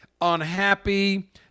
unhappy